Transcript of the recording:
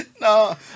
No